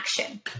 action